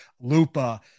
Lupa